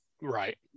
right